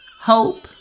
hope